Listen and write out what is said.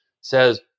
says